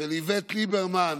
של איווט ליברמן